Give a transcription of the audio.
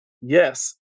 Yes